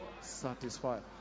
Satisfied